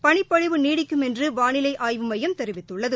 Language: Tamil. பனிப்பொழிவு நீடிக்கும் என்று வானிலை ஆய்வு மையம் தெரிவித்துள்ளது